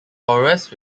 forest